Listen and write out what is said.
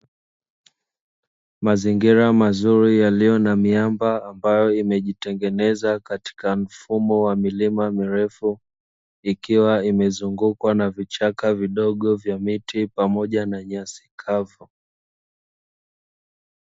Mazingira mazuri yaliyo na miamba ambayo imejitengeneza katika mfumo wa milima mirefu, ikiwa imezungukwa na vichaka vidogo vya miti pamoja na nyasi kavu.